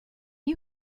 you